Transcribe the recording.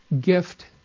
gift